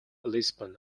lisbon